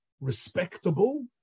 respectable